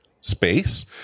space